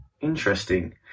interesting